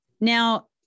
now